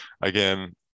Again